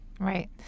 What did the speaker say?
Right